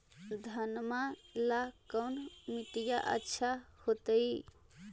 घनमा ला कौन मिट्टियां अच्छा होतई?